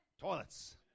toilets